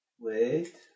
Wait